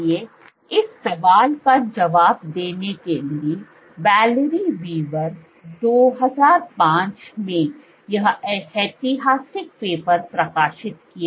इसलिए इस सवाल का जवाब देने के लिए वैलेरी वीवर 2005 में यह ऐतिहासिक पेपर प्रकाशित किया